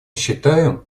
считаем